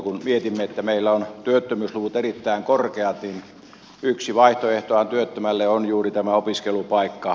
kun mietimme että meillä ovat työttömyysluvut erittäin korkeat niin yksi vaihtoehtohan työttömälle on juuri tämä opiskelupaikka